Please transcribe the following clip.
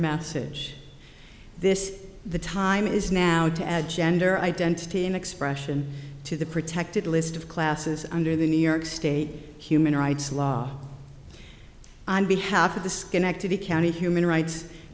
message this the time is now to add gender identity and expression to the protected list of classes under the new york state human rights law on behalf of the schenectady county human rights